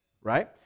right